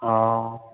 हा